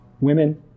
women